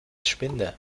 spinde